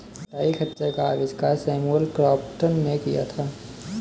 कताई खच्चर का आविष्कार सैमुअल क्रॉम्पटन ने किया था